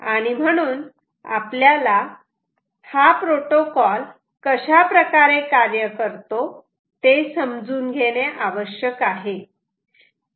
आणि म्हणून आपल्याला हा प्रोटोकॉल कशाप्रकारे कार्य करतो ते समजून घेणे आवश्यक आहे